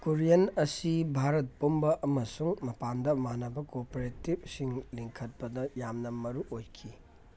Korean ꯑꯁꯤ ꯚꯥꯔꯠ ꯄꯨꯝꯕ ꯑꯃꯁꯨꯡ ꯃꯄꯥꯟꯗ ꯃꯥꯟꯅꯕ ꯀꯣꯄꯦꯔꯦꯇꯤꯕꯁꯤꯡ ꯂꯤꯡꯈꯠꯄꯗ ꯌꯥꯝꯅ ꯃꯔꯨ ꯑꯣꯏꯈꯤ